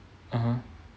(uh huh)